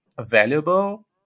valuable